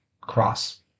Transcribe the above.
Cross